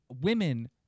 women